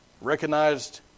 Recognized